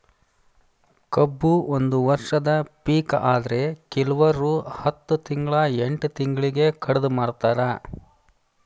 ಕಬ್ಬು ಒಂದ ವರ್ಷದ ಪಿಕ ಆದ್ರೆ ಕಿಲ್ವರು ಹತ್ತ ತಿಂಗ್ಳಾ ಎಂಟ್ ತಿಂಗ್ಳಿಗೆ ಕಡದ ಮಾರ್ತಾರ್